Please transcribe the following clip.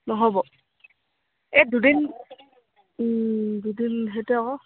নহ'ব এই দুদিন দুদিন সেইটো আকৌ